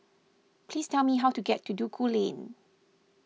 please tell me how to get to Duku Lane